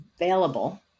available